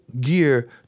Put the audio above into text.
gear